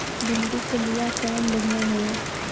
भिंडी के बिया कवन बढ़ियां होला?